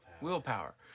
Willpower